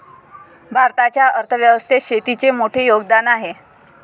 भारताच्या अर्थ व्यवस्थेत शेतीचे मोठे योगदान आहे